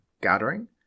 gathering